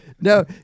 No